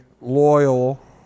loyal